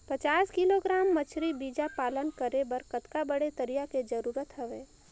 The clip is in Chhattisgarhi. पचास किलोग्राम मछरी बीजा पालन करे बर कतका बड़े तरिया के जरूरत हवय?